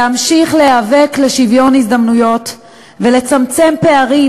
להמשיך להיאבק לשוויון הזדמנויות ולצמצם פערים